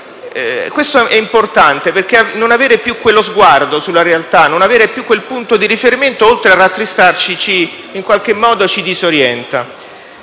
Insomma è importante perché non avere più quello sguardo sulla realtà, non avere più quel punto di riferimento oltre a rattristarci, in qualche modo ci disorienta.